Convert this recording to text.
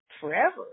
forever